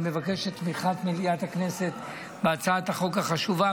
אני מבקש את תמיכת מליאת הכנסת בהצעת החוק החשובה.